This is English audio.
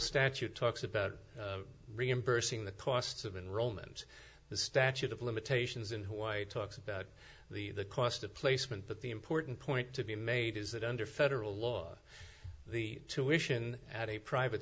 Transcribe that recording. statute talks about reimbursing the costs of enrollment the statute of limitations in hawaii talks about the cost of placement but the important point to be made is that under federal law the tuition at a private